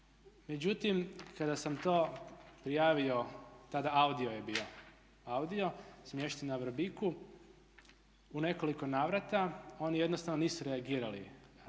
Međutim, kada sam to prijavio tada AUDIO je bio, AUDIO, smješten na Vrbiku, u nekoliko navrata oni jednostavno nisu reagirali